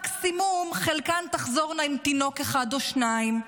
מקסימום חלקן תחזורנה עם תינוק אחד או שניים.